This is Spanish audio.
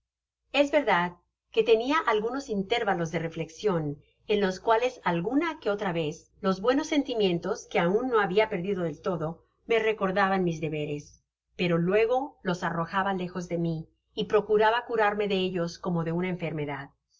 es verdad que tenia algunos intérvalos de reflexion en los cuales alguna que otra vez los buenos sentimientos quo aun no habia perdido del todo me recordaban mis deberes pero luego los arrojaba lejos de mi y procuraba curarme de ellos como de una enfermedad